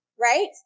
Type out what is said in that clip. right